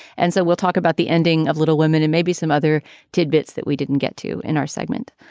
and so we'll talk about the ending of little women and maybe some other tidbits that we didn't get to in our segment.